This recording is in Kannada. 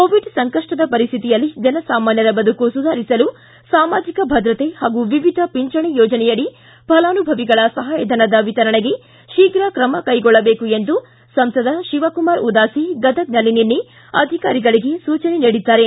ಕೋವಿಡ್ ಸಂಕಷ್ನ ಪರಿಸ್ಟಿತಿಯಲ್ಲಿ ಜನಸಾಮಾನ್ನರ ಬದುಕು ಸುದಾರಿಸಲು ಸಾಮಾಜಕ ಭದ್ರತೆ ಹಾಗೂ ವಿವಿಧ ಪಿಂಚಣಿ ಯೋಜನೆಯಡಿ ಫಲಾನುಭವಿಗಳ ಸಹಾಯಧನದ ವಿತರಣೆಗೆ ಶೀಘ್ರ ತ್ರಮ ಕೈಗೊಳ್ಳಬೇಕು ಎಂದು ಸಂಸದ ಶಿವಕುಮಾರ ಉದಾಸಿ ಗದಗ್ನಲ್ಲಿ ನಿನ್ನೆ ಅಧಿಕಾರಿಗಳಿಗೆ ಸೂಚನೆ ನೀಡಿದ್ದಾರೆ